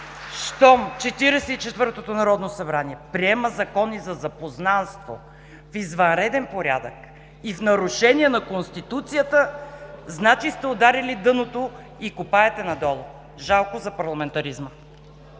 и четвъртото народно събрание приема закони за запознанство в извънреден порядък и в нарушение на Конституцията, значи сте ударили дъното и копаете надолу! Жалко за парламентаризма!